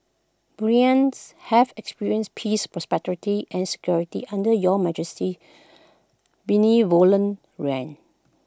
Bruneians have experienced peace prosperity and security under your Majesty's benevolent reign